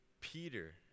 Peter